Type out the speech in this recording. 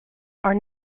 are